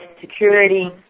security